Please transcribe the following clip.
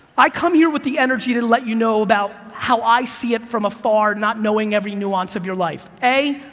i come here with the energy to let you know about how i see it from afar not knowing every nuance of your life, a,